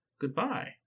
goodbye